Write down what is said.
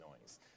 noise